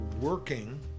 Working